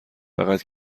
فقط